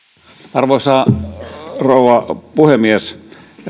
arvoisa rouva puhemies